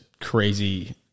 crazy